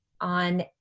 on